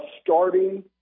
starting